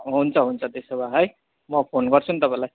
हुन्छ हुन्छ त्यसो भए है म फोन गर्छु नि तपाईँलाई